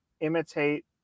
imitate